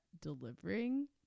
delivering